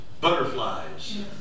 butterflies